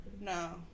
No